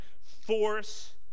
force